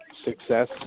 success